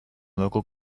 local